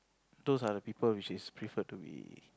those are the people which is prefer to be